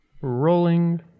Rolling